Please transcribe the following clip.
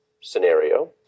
scenario